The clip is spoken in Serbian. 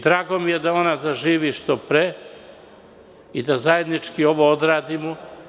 Drago mi je da ona zaživi što pre i da zajednički ovo odradimo.